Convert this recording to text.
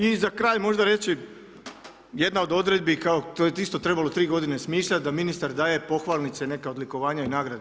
I za kraj možda reći jedna od odredbi, to je isto trebalo 3 godine smišljati, da ministar daje pohvalnice, neka odlikovanja i nagrade.